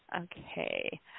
Okay